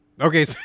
Okay